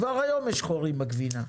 כבר היום יש חורים בגבינה.